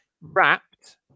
wrapped